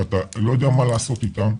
שאתה לא יודע מה לעשות איתן.